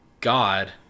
God